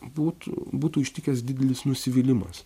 būtų būtų ištikęs didelis nusivylimas